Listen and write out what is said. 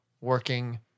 working